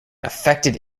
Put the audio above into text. affected